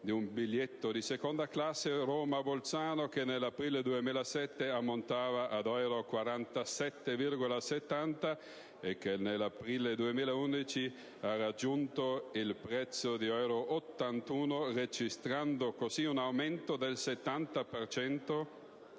di un biglietto di seconda classe Roma-Bolzano, che nell'aprile 2007 ammontava a 47,70 euro e che nell'aprile 2011 ha raggiunto il prezzo di 81 euro, registrando così un aumento del 70